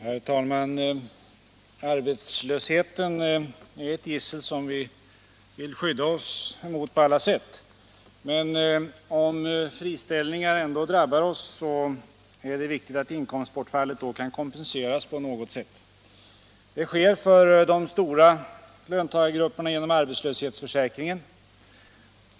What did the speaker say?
Herr talman! Arbetslösheten är ett gissel som vi vill skydda oss emot på alla sätt. Men om friställningar ändå drabbar oss är det viktigt att inkomstbortfallet kan kompenseras på något sätt. För de stora löntagargrupperna sker detta genom arbetslöshetsförsäkring.